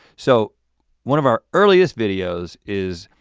so one of our earliest videos is